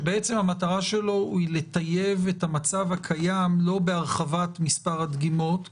שהמטרה שלו לטייב את המצב הקיים לא בהרחבה מספר הדגימות כרגע,